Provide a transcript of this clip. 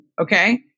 okay